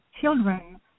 children